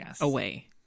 away